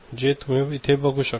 जे तुम्ही इथे बघू शकता